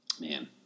man